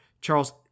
Charles